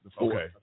Okay